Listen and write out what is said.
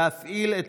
להפעיל את